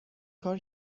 کار